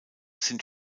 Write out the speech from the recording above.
sind